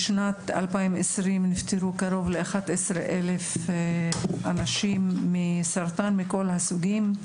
בשנת 2020 נפטרו קרוב ל-11,000 אנשים מסרטן מכל הסוגים.